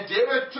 David